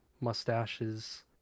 mustaches